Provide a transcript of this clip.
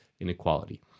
inequality